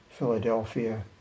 Philadelphia